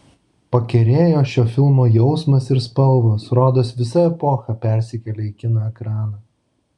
pakerėjo šio filmo jausmas ir spalvos rodos visa epocha persikėlė į kino ekraną